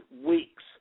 weeks